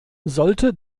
sollte